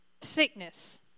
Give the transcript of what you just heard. sickness